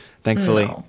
thankfully